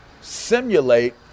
simulate